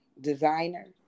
Designer